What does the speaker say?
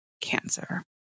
cancer